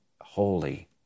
holy